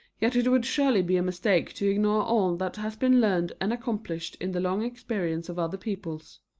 yet it would surely be a mistake to ignore all that has been learned and accomplished in the long experience of other peoples.